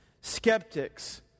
skeptics